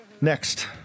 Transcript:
next